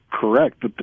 correct